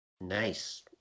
Nice